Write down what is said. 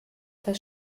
das